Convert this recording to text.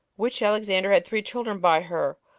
which alexander had three children by her,